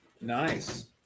Nice